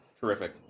Terrific